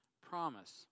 promise